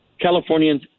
californians